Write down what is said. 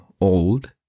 old